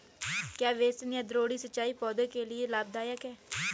क्या बेसिन या द्रोणी सिंचाई पौधों के लिए लाभदायक है?